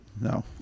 no